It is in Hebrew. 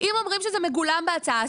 אם אומרים שזה מגולם בהצעה,